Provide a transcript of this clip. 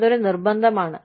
അതൊരു നിർബന്ധമാണ്